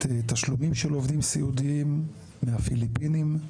תשלומים של עובדים סיעודיים מהפיליפינים,